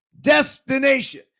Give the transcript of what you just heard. destination